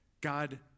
God